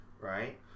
right